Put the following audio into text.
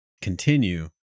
continue